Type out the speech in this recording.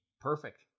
perfect